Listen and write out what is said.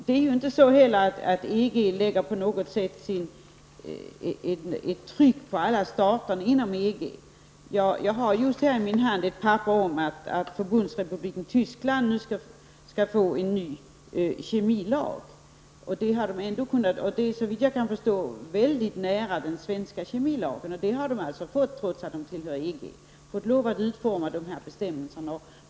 Det är ju inte heller så att EG på något sätt lägger ett tryck på alla stater inom Jag har här i min hand ett papper som handlar om att Förbundsrepubliken Tyskland nu skall få en ny kemikalielag som, såvitt jag kan förstå, ligger väldigt nära den svenska kemikalielagen. Landet har alltså, trots att det tillhör EG, fått lov att utforma dessa bestämmelser.